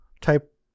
type